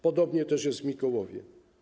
Podobnie też jest w Mikołowie.